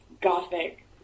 gothic